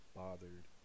bothered